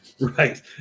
Right